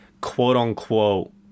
quote-unquote